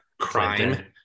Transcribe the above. crime